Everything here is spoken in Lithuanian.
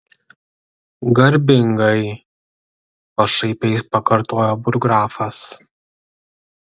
garbingai pašaipiai pakartojo burggrafas